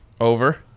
Over